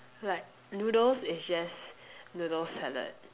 like noodles is just noodles salad